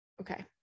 Okay